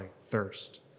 thirst